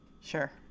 Sure